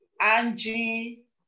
Angie